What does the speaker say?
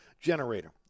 generator